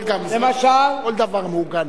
כל דבר מעוגן.